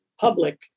public